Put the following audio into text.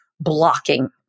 blocking